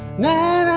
next